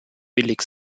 billig